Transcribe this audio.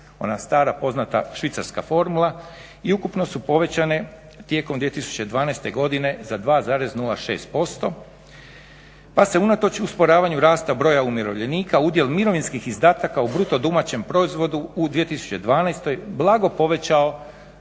ona stara poznata švicarska formula i ukupno su povećane tijekom 2012.godine za 2,06% pa se unatoč usporavanju rasta broja umirovljenika udio mirovinskih izdataka u BDP-u u 2012. blago povećao